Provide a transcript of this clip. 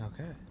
Okay